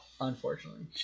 Unfortunately